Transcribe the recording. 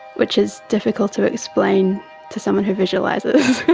which is difficult to explain to someone who visualises.